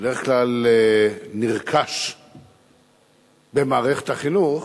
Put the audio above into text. בדרך כלל נרכש במערכת החינוך,